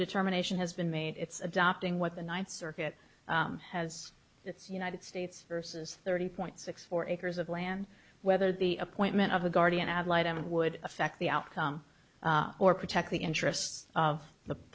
determination has been made it's adopting what the ninth circuit has that's united states versus thirty point six four acres of land whether the appointment of a guardian ad litem and would affect the outcome or protect the interests of the